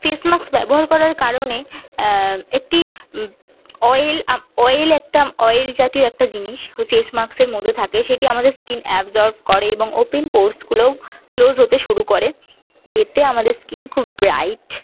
face mask ব্যবহার করার কারণে একটি অয়েল অয়েল একটা অয়েল জাতীয় একটা জিনিস ওই ফেস মাস্কের মধ্যে থাকে সেটি আমাদের স্কিন অ্যাবজর্ব করে এবং ওপেন পোরসগুলোও ক্লোজ হতে শুরু করে এতে আমাদের স্কিন খুব ব্রাইট